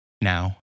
now